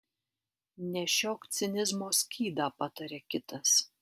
nešiok cinizmo skydą pataria kitas